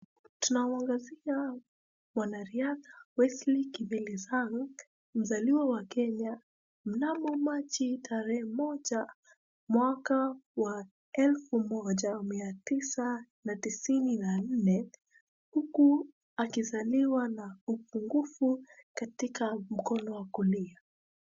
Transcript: Tunamwangazia mwanariadha Wesley Kipelisang' mzaliwa wa Kenya mnamo machi tarehe moja mwaka wa elfu moja mia tisa na tisini na nne huku akizaliwa na upungufu katika mkono wa kulia.